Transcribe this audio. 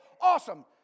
awesome